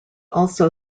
also